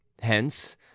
Hence